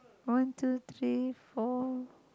one two three four